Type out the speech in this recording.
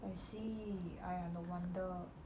I see !aiya! no wonder